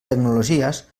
tecnologies